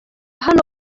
hano